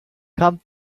come